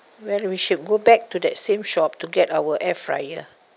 well we should go back to that same shop to get our air fryer